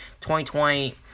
2020